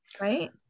right